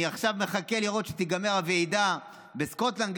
אני עכשיו מחכה שתיגמר הוועידה בסקוטלנד,